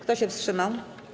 Kto się wstrzymał?